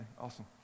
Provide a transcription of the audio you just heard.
awesome